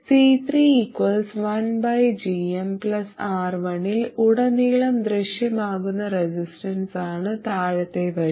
C3 R1 ൽ ഉടനീളം ദൃശ്യമാകുന്ന റെസിസ്റ്റൻസാണ് താഴത്തെ വരി